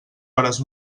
hores